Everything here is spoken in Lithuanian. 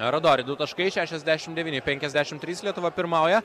rodori du taškai šešiasdešimt devyni penkiasdešimt trys lietuva pirmauja